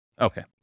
Okay